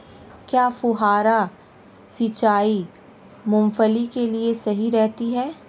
क्या फुहारा सिंचाई मूंगफली के लिए सही रहती है?